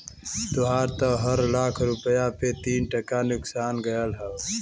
तोहार त हर लाख रुपया पे तीन टका नुकसान गयल हौ